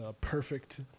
perfect